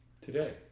Today